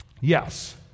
Yes